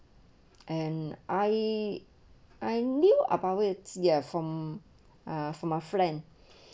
and I I knew about it ya from a from a friend